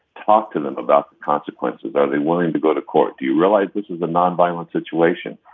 talk to them about the consequences. are they willing to go to court? do you realize this is a nonviolent situation?